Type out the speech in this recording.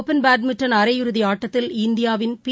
open badminton அரையிறுதி ஆட்டத்தில் இந்தியாவின் பி